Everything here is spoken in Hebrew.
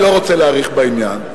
אני לא רוצה להאריך בעניין.